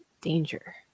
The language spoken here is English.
danger